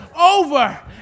over